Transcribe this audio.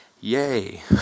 yay